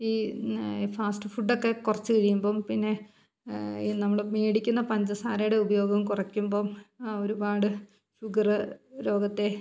ഈ ഇന്ന് ഫാസ്റ്റ് ഫുഡൊക്കെ കുറച്ച് കഴിയുമ്പം പിന്നെ ഈ നമ്മൾ മേടിക്കുന്ന പഞ്ചസാരയുടെ ഉപയോഗം കുറയ്ക്കുമ്പം ആ ഒരുപാട് ഷുഗറ് രോഗത്തെ